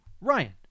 Ryan